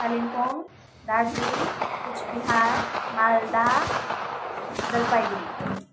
Kalimpong Darjeeling Coochbehar Malda Jalpaiguri